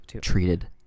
treated